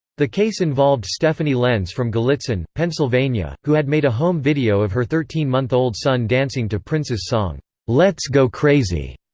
the case involved stephanie lenz from gallitzin, pennsylvania, who had made a home video of her thirteen month old son dancing to prince's song let's go crazy,